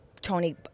tony